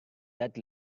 that